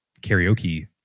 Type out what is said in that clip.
karaoke